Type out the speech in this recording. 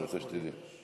אני רוצה שתדעי.